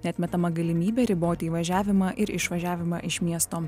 neatmetama galimybė riboti įvažiavimą ir išvažiavimą iš miesto